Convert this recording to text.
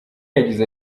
yagize